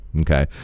okay